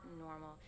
normal